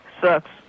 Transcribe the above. Sucks